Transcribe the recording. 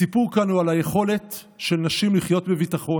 הסיפור כאן הוא על היכולת של נשים לחיות בביטחון,